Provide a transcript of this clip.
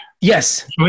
yes